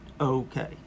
okay